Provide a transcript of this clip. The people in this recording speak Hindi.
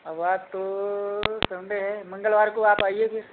अब आज तो संडे है मंगलवार को आप आइए फिर